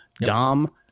Dom